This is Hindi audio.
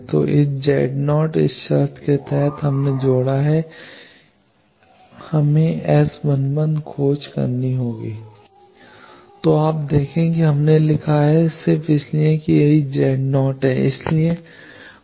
तो Z 0 इस शर्त के तहत हमने जोड़ा है हमें S 11 की खोज करनी होगी तो आप देखें कि हमने लिखा है कि सिर्फ इसलिए कि यह Z 0 है